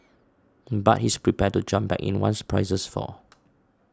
but he's prepared to jump back in once prices fall